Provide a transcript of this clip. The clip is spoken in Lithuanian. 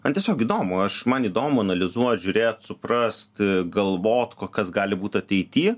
man tiesiog įdomu aš man įdomu analizuot žiūrėt suprast galvot ko kas gali būt ateity